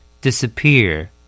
Disappear